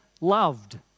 loved